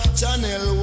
Channel